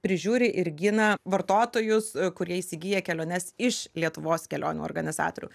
prižiūri ir gina vartotojus kurie įsigyja keliones iš lietuvos kelionių organizatorių